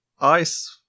ice